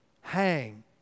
hang